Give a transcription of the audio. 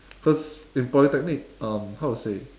cause in polytechnic um how to say